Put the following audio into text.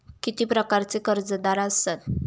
किती प्रकारचे कर्जदार असतात